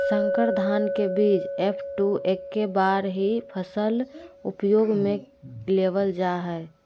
संकर धान के बीज एफ.टू एक्के बार ही फसल उपयोग में लेवल जा हइ